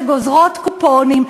שגוזרות קופונים,